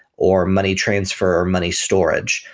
or money transfer, or money storage.